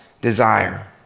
desire